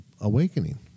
awakening